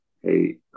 hey